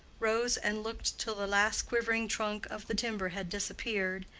rose and looked till the last quivering trunk of the timber had disappeared,